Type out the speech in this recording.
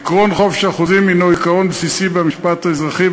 עקרון חופש החוזים הנו עיקרון בסיסי במשפט האזרחי,